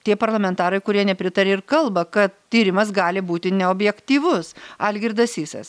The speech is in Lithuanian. tie parlamentarai kurie nepritarė ir kalba kad tyrimas gali būti neobjektyvus algirdas sysas